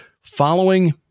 following